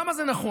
למה זה נכון?